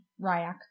Ryak